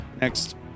Next